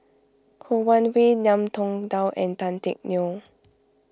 Ho Wan Hui Ngiam Tong Dow and Tan Teck Neo